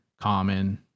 Common